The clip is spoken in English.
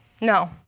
No